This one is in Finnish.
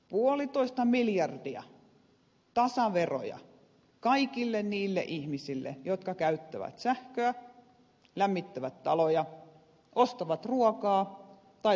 puolitoista miljardia tasaveroja kaikille niille ihmisille jotka käyttävät sähköä lämmittävät taloja ostavat ruokaa tai tarvitsevat vaatteita